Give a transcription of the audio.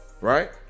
right